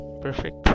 Perfect